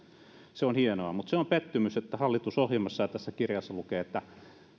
se on hienoa mutta se on pettymys että hallitusohjelmassa ja tässä kirjassa lukee että